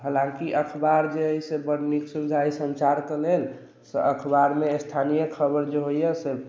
हालाँकि अखबार जे अइ से बड्ड नीक सुविधा अइ सञ्चारके लेल से अखबारमे स्थानीय खबर जे होइए से